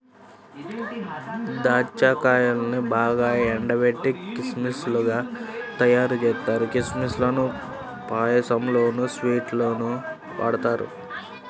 దాచ్చా కాయల్నే బాగా ఎండబెట్టి కిస్మిస్ లుగా తయ్యారుజేత్తారు, కిస్మిస్ లను పాయసంలోనూ, స్వీట్స్ లోనూ వాడతారు